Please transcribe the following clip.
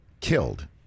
killed